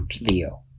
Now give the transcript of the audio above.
Leo